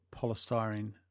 polystyrene